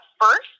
first